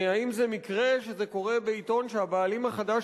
האם זה מקרה שזה קורה בעיתון שהבעלים החדש